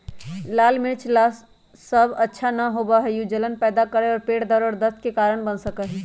लाल मिर्च सब ला अच्छा न होबा हई ऊ जलन पैदा करा हई और पेट दर्द और दस्त के कारण बन सका हई